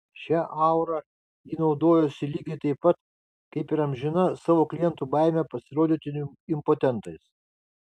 šia aura ji naudojosi lygiai taip pat kaip ir amžina savo klientų baime pasirodyti impotentais